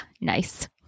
nice